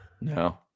No